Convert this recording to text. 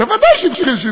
ודאי שהתחיל.